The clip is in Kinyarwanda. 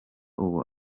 ubu